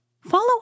Follow